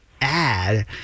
ad